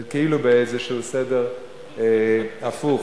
כאילו באיזה סדר הפוך.